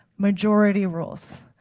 majority rules.